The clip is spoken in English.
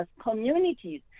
communities